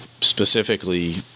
specifically